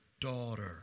daughter